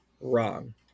wrong